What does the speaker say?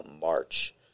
March